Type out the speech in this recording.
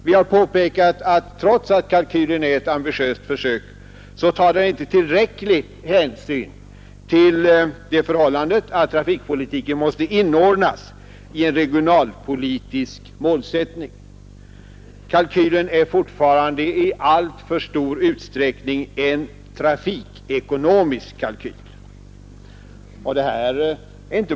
Vi har påpekat att kalkylen, trots att den är ett ambitiöst försök, inte tar tillräcklig hänsyn till det förhållandet att trafikpolitiken måste inordnas i en regionalpolitisk målsättning — att kalkylen fortfarande i alltför stor utsträckning är en trafikekonomisk kalkyl.